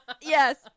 Yes